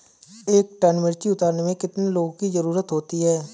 एक टन मिर्ची उतारने में कितने लोगों की ज़रुरत होती है?